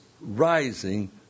rising